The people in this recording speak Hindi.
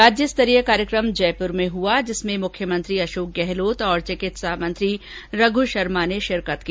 राज्यस्तरीय कार्यक्रम में मुख्यमंत्री अशोक गहलोत और चिकित्सा मंत्री रघु शर्मा ने शिरकत की